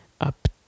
up